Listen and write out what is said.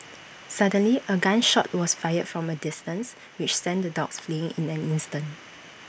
suddenly A gun shot was fired from A distance which sent the dogs fleeing in an instant